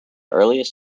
earliest